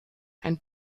ein